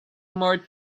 more